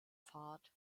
fahrt